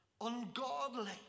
ungodly